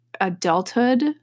adulthood